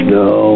no